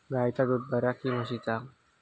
गायचा दूध बरा काय म्हशीचा?